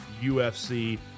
UFC